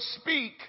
speak